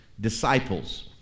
disciples